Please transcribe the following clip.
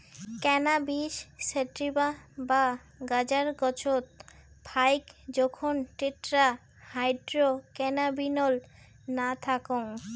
cannabis sativa বা গাঁজার গছত ফাইক জোখন টেট্রাহাইড্রোক্যানাবিনোল না থাকং